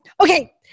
okay